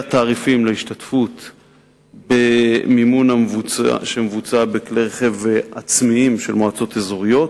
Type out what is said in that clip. קביעת התעריפים למימון להסעות בכלי רכב עצמיים של מועצות אזוריות,